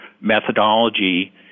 methodology